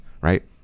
right